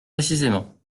précisément